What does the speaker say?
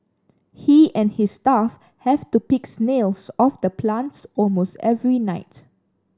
he and his staff have to pick snails off the plants almost every night